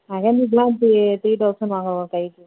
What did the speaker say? மெஹந்திக்கெலாம் three three thousand வாங்குகிறோம் ஒரு கைக்கு